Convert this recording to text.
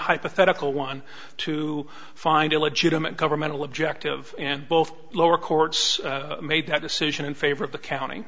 hypothetical one to find a legitimate governmental objective and both lower courts made that decision in favor of the count